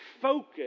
focus